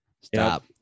Stop